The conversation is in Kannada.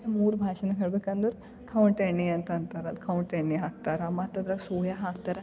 ನಮ್ಮೂರ ಭಾಷಿನಾಗ್ ಹೇಳ್ಬೇಕು ಅಂದ್ರೆ ಕೌಂಟ್ ಎಣ್ಣೆ ಅಂತ ಅಂತಾರೆ ಕೌಂಟ್ ಎಣ್ಣೆ ಹಾಕ್ತಾರೆ ಮತ್ತು ಅದ್ರಾಗೆ ಸೋಯಾ ಹಾಕ್ತರೆ